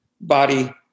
body